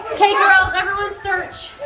kay girls, everyone search!